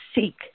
seek